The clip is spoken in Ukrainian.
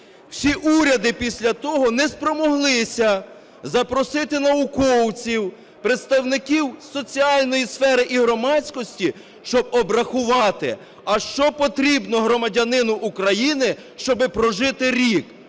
Всі уряди після того не спромоглися запросити науковців, представників соціальної сфери і громадськості, щоб обрахувати: а що потрібно громадянину України, щоб прожити рік?